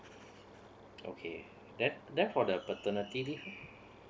okay the~ then for the paternity leave